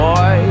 Boy